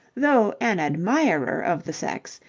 though an admirer of the sex,